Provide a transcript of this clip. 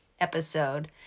episode